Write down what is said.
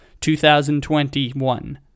2021